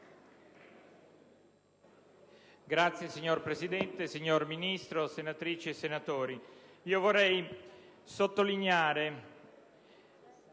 *(PD)*. Signor Presidente, signor Ministro, senatrici e senatori,